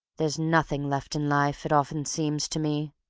there's nothing left in life, it often seems to me.